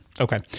Okay